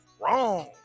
wrong